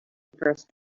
first